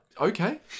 Okay